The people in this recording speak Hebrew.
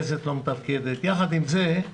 יחד עם זה,